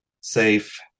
safe